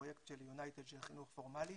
הפרויקט של יונייטל של חינוך פורמלי,